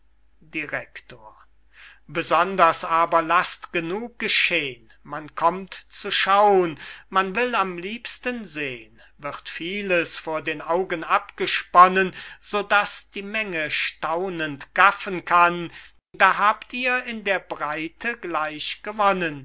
besonders aber laßt genug geschehn man kommt zu schaun man will am liebsten sehn wird vieles vor den augen abgesponnen so daß die menge staunend gaffen kann da habt ihr in der breite